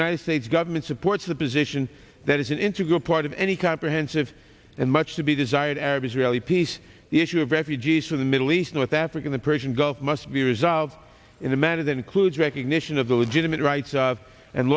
united states government supports a position that is an integral part of any comprehensive and much to be desired arab israeli peace the issue of refugees from the middle east north africa the persian gulf must be resolved in a manner that includes recognition of the legitimate rights and